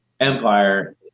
empire